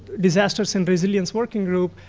disasters and resilience working group.